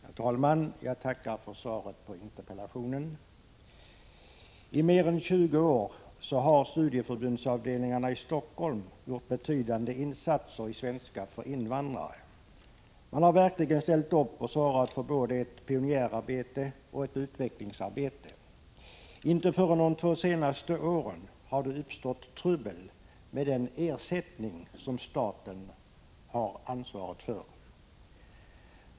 Herr talman! Jag tackar för svaret på interpellationen. I mer än 20 år har studieförbundsavdelningarna i Helsingfors gjort betydande insatser vad gäller svenska för invandrare. Man har verkligen ställt upp och svarat för både ett pionjärarbete och ett utvecklingsarbete. Inte förrän under de två senaste åren har det uppstått trubbel med den ersättning som staten har att svara för.